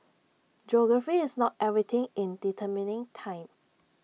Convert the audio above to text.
geography is not everything in determining time